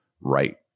right